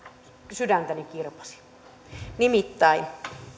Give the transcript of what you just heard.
sydäntäni kirpaisi nimittäin